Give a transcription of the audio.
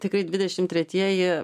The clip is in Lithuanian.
tikrai dvidešimt tretieji